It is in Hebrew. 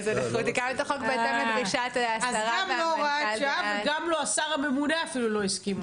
אז --- אז גם לא הוראת שעה וגם אפילו השר הממונה לא הסכים.